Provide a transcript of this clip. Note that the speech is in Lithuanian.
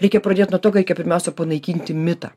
reikia pradėti nuo to reikia pirmiausia panaikinti mitą